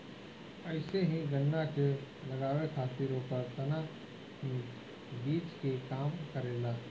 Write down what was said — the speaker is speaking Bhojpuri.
अइसे ही गन्ना के लगावे खातिर ओकर तना ही बीज के काम करेला